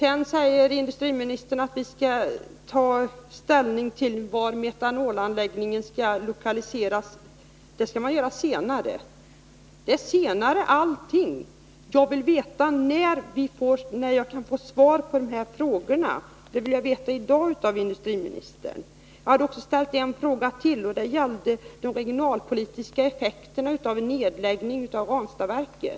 Industriministern säger att man senare skall ta ställning till vart metanolanläggningen skall lokaliseras. Allting skall ske senare. Jag vill veta i dag av industriministern när jag kan få svar på de här frågorna. Jag hade ställt en fråga till, och den gällde de regionalpolitiska effekterna av en nedläggning av Ranstadsverket.